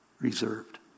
reserved